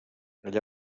allà